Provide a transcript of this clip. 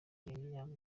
murenge